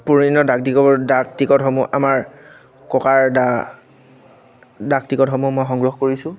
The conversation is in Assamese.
পুৰণি দিনৰ ডাকটিকটৰ ডাকটিকটসমূহ আমাৰ ককাৰ ডাকটিকটসমূহ মই সংগ্ৰহ কৰিছোঁ